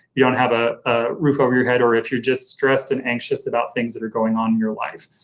you don't have a ah roof over your head, or if you're just stressed and anxious about things that are going on in your life.